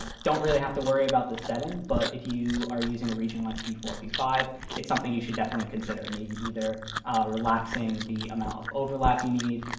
don't really have to worry about the setting. but if you are using a region like v four v five, it's something you should definitely consider, maybe either relaxing the amount of overlap you need,